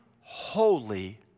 holy